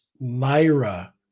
Myra